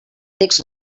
text